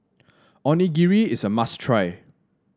onigiri is a must try